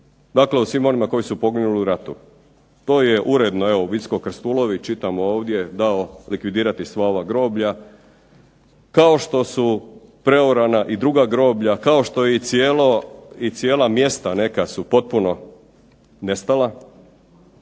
dakle o svim onima koji su poginuli u ratu. To je uredno, evo Vicko Krstulović čitam ovdje dao likvidirati sva ova groblja kao što su preorana i druga groblja, kao što je i cijela mjesta neka su potpuno nestala,